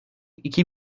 iki